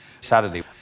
Saturday